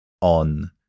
on